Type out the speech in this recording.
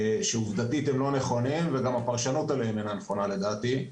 שעובדתית הם לא נכונים וגם הפרשנות עליהם אינה נכונה לדעתי.